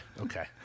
okay